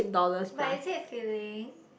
but is it filling